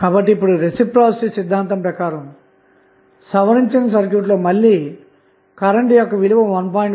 కాబట్టి అన్ని voltage source లను షార్ట్ సర్క్యూట్ చేసిన తర్వాత మనకు లభించిన ఈ సర్క్యూట్ లో RTh